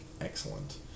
excellent